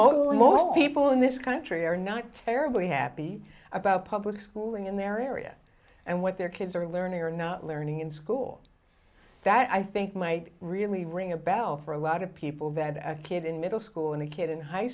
most people in this country are not terribly happy about public schooling in their area and what their kids are learning or not learning in school that i think might really ring a bell for a lot of people bad kid in middle school and a kid in high